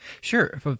Sure